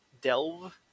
Delve